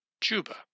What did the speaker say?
Juba